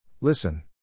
Listen